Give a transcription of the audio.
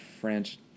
French